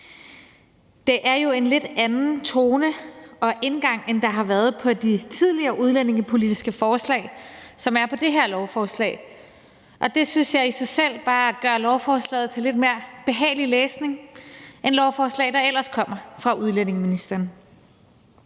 Det er jo en lidt anden tone og indgang, end der har været på de tidligere udlændingepolitiske forslag, som er på det her lovforslag, og det synes jeg i sig selv bare gør lovforslaget til lidt mere behagelig læsning end lovforslag, der ellers kommer fra udlændingeministeren.